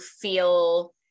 feel